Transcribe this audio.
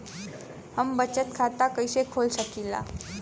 हम बचत खाता कईसे खोल सकिला?